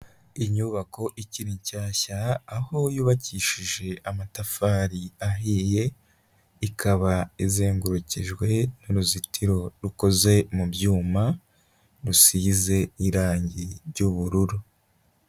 Inyubako ikiri nshyashya aho yubakishije amatafari ahiye, ikaba izengurukijwe n'uruzitiro rukoze mu byuma rusize irangi ry'ubururu.